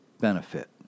benefit